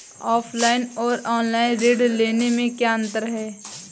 Offline और online ऋण लेने में क्या अंतर है?